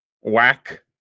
whack